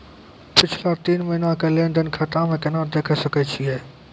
पिछला तीन महिना के लेंन देंन खाता मे केना देखे सकय छियै?